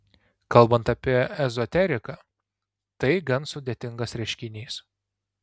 kalbant apie ezoteriką tai gan sudėtingas reiškinys